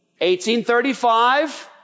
1835